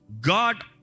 God